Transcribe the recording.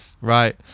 Right